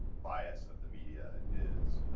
bias of the media is,